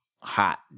hot